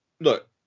look